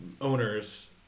owners